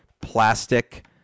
plastic